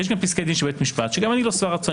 יש פסקי דין של בית המשפט שגם אני לא שבע רצון,